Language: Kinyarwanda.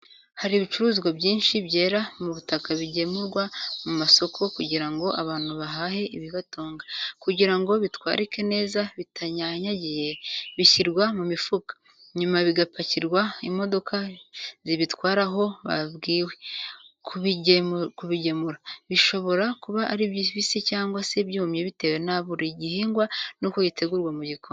Hari ibicuruzwa byinshi byera mu butaka bigemurwa mu masoko kugira ngo abantu bahahe ibibatunga. Kugira ngo bitwarike neza bitanyanyagiye bishyirwa mu mifuka. Nyuma bigapakirwa imodoka zibitwara aho babwiwe kubigemura. Bishobora kuba ari bibisi cyangwa se byumye bitewe na buri gihingwa n'uko gitegurwa mu gikoni.